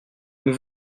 nous